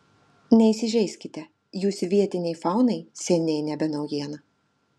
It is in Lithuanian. neįsižeiskite jūs vietinei faunai seniai nebe naujiena